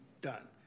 done